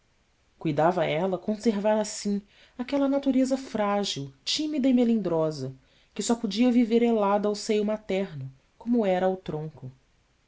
cuidava ela conservar assim aquela natureza frágil tímida e melindrosa que só podia viver elada ao seio materno como hera ao tronco